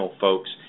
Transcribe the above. folks